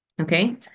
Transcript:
okay